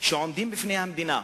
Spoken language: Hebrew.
שעומדים בפני המדינה,